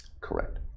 Correct